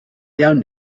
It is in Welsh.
iawn